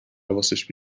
حواسش